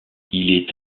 est